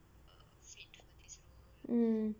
mm